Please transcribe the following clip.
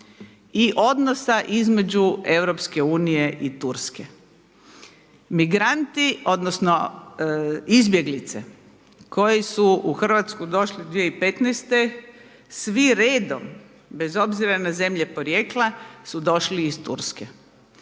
i odnosa između Europske unije i Turske. Migranti odnosno izbjeglice koji su u Hrvatsku došli 2015. svi redom bez obzira na zemlje porijekla su došli ih Turske.